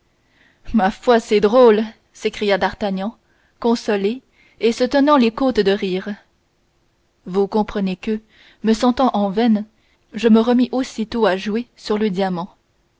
ma foi c'est très drôle s'écria d'artagnan consolé et se tenant les côtes de rire vous comprenez que me sentant en veine je me remis aussitôt à jouer sur le diamant